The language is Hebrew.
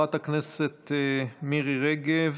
חברת הכנסת מירי רגב,